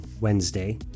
Wednesday